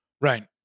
Right